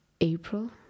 April